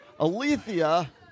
Alethea